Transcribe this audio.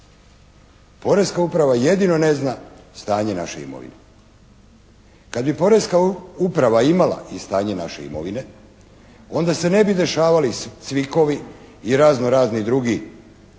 Porezna uprava jedino ne zna stanje naše imovine. Kad bi porezna uprava imala i stanje naše imovine onda se ne bi dešavali "Cvikovi" i razno razni drugi,